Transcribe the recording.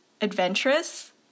Adventurous